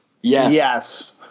Yes